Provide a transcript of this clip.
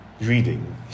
reading